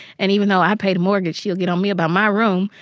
and even though i pay the mortgage, she'll get on me about my room.